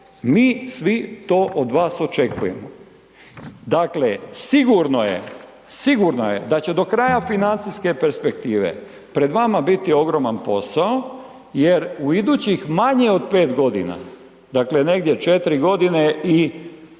Mi svi to od vas očekujemo. Dakle sigurno je da će do kraja financijske perspektive pred vama biti ogroman posao jer u idućih manje od 5 g., dakle negdje 4 g. i 10-ak mjeseci ili